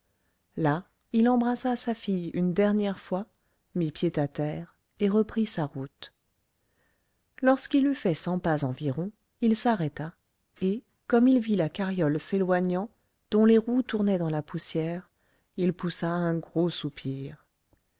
là il embrassa sa fille une dernière fois mit pied à terre et reprit sa route lorsqu'il eut fait cent pas environ il s'arrêta et comme il vit la carriole s'éloignant dont les roues tournaient dans la poussière il poussa un gros soupir